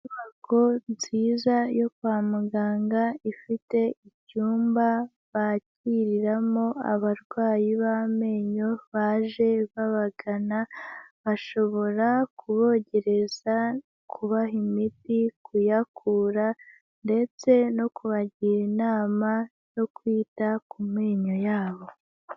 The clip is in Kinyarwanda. Inyubako nziza yo kwa muganga ifite icyumba bakiriramo abarwayi b'amenyo baje babagana, bashobora kubogezareza, kubaha imiti, kuyakura, ndetse no kubagira inama yo kwita ku menyo yabo.